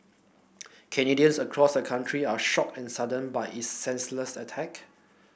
Canadians across the country are shocked and saddened by this senseless attack